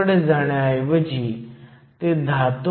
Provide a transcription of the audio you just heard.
तर NA हे 1016 आणि ND हे 1017cm 3 आहे